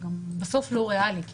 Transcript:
בסוף זה לא ריאלי.